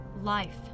life